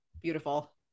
beautiful